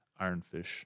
Ironfish